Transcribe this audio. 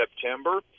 September